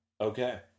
okay